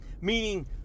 Meaning